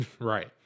Right